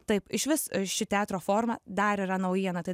taip išvis ši teatro forma dar yra naujiena tai